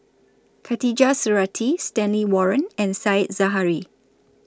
Khatijah Surattee Stanley Warren and Said Zahari